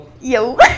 Yo